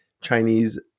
Chinese